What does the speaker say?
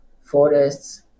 forests